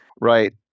right